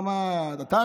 אתה,